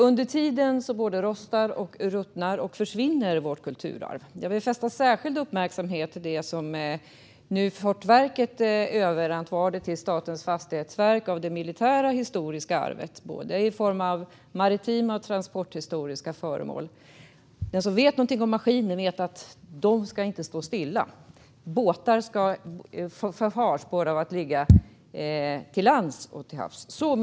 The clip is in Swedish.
Under tiden rostar, ruttnar och försvinner vårt kulturarv. Jag vill fästa särskild uppmärksamhet på det militärhistoriska arv som Fortifikationsverket överantvardar till Statens fastighetsverk i form av både maritima och transporthistoriska föremål. Den som vet någonting om maskiner vet att de inte ska stå stilla. Och båtar förfars av att ligga på land och stilla till havs.